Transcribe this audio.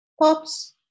Pops